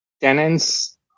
tenants